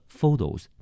photos